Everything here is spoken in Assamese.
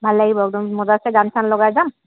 ভাল লাগিব একদম মজাচে গান চান লগাই যাম